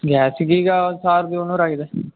ಗ್ಯಾಸಿಗೆ ಈಗ ಸಾವಿರದ ಏಳ್ನೂರು ಆಗಿದೆ